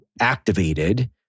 activated